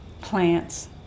plants